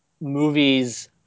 movies